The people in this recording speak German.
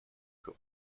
für